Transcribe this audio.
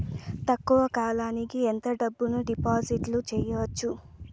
తక్కువ కాలానికి ఎంత డబ్బును డిపాజిట్లు చేయొచ్చు?